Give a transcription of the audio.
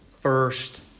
first